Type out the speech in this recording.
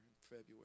February